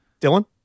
Dylan